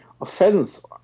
offense